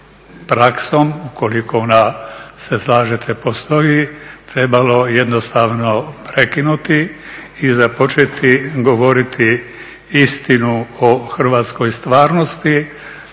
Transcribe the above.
praksom ukoliko ona se slažete postoji, trebalo jednostavno prekinuti i započeti govoriti istinu o hrvatskoj stvarnosti,